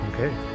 Okay